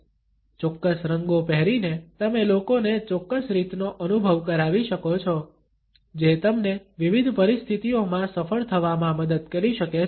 ચોક્કસ રંગો પહેરીને તમે લોકોને ચોક્કસ રીતનો અનુભવ કરાવી શકો છો જે તમને વિવિધ પરિસ્થિતિઓમાં સફળ થવામાં મદદ કરી શકે છે